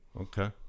Okay